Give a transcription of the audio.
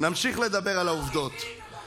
אני קורא אותך לסדר פעם